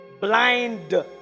Blind